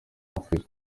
afurika